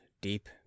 deep